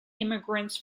immigrants